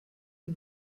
die